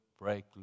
break